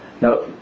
now